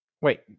Wait